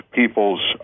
people's